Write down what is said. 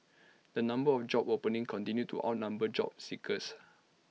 the number of job openings continued to outnumber job seekers